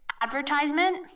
advertisement